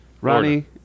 Ronnie